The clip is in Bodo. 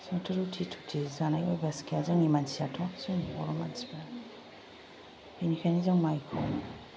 जोंथ' रुथि थुथि जानाय अयभास गैया जोंनि मानसिआथ' जोंनि बर' मानसिफ्रा बेनिखायनो जोङो माइखौ